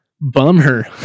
bummer